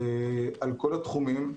על כל התחומים.